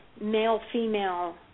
male-female